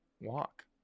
walk